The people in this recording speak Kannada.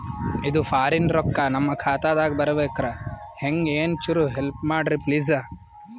ಇದು ಫಾರಿನ ರೊಕ್ಕ ನಮ್ಮ ಖಾತಾ ದಾಗ ಬರಬೆಕ್ರ, ಹೆಂಗ ಏನು ಚುರು ಹೆಲ್ಪ ಮಾಡ್ರಿ ಪ್ಲಿಸ?